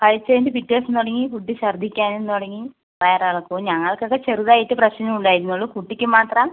കഴിച്ചതിൻ്റ പിറ്റെ ദിവസം തുടങ്ങി കുട്ടി ഛർദ്ദിക്കാനും തുടങ്ങി വയർ ഇളക്കവും ഞങ്ങൾക്ക് ഒക്കെ ചെറുതായിട്ട് പ്രശ്നം ഉണ്ടായിരുന്നുള്ളൂ കുട്ടിക്ക് മാത്രം